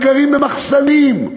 וגרים במחסנים,